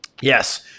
Yes